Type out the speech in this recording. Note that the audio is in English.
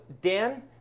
Dan